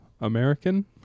American